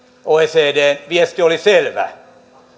oecdn viesti oli selvä